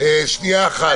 שנייה אחת.